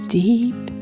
deep